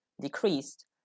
decreased